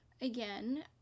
again